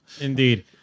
Indeed